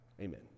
Amen